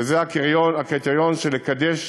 וזה הקריטריון של לקדש